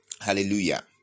Hallelujah